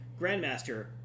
Grandmaster